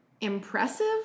impressive